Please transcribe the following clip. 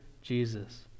Jesus